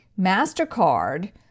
MasterCard